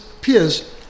peers